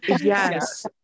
Yes